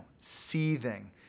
seething